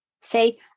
say